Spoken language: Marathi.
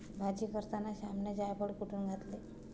भाजी करताना श्यामने जायफळ कुटुन घातले